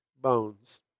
bones